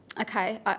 okay